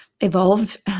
evolved